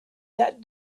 that